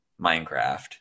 Minecraft